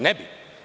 Ne bi.